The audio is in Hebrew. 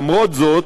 למרות זאת,